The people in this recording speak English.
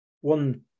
one